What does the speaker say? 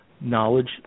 Knowledge